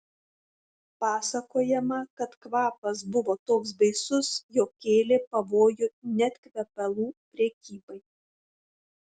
pasakojama kad kvapas buvo toks baisus jog kėlė pavojų net kvepalų prekybai